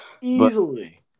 Easily